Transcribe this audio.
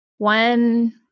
One